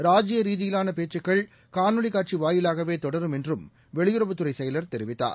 ராஜீயரீதியிவானபேச்சுக்கள் காணொலிக் காட்சிவாயிலாகவேதொடரும் என்றும் வெளியுறவுத்துறைசெயலர் தெரிவித்தார்